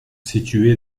situés